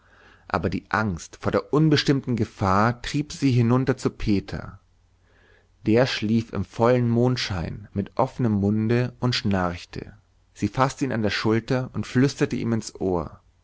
aber die angst vor der unbestimmten gefahr trieb sie hinunter zu peter der schlief im vollen mondschein mit offenem munde und schnarchte sie faßte ihn an der schulter und flüsterte ihm ins ohr